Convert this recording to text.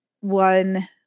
one